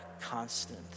constant